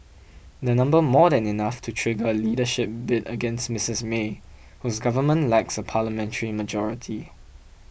they number more than enough to trigger a leadership bid against Mrs May whose government lacks a parliamentary majority